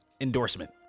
endorsement